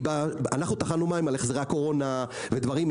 טחנו מים על החזרי הקורונה ודברים,